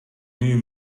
new